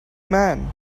man